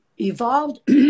evolved